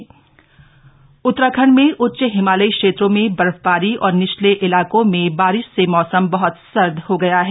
मौसम उतराखंड में उच्च हिमालयी क्षेत्रों में बर्फबारी और निचले इलाकों में बारिश से मौसम बहत सर्द हो गया है